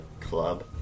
club